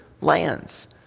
lands